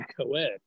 co-ed